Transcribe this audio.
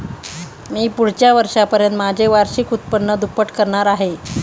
मी पुढच्या वर्षापर्यंत माझे वार्षिक उत्पन्न दुप्पट करणार आहे